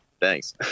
Thanks